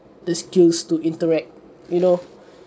the skills to interact you know